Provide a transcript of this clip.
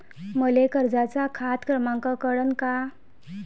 मले कर्जाचा खात क्रमांक कळन का?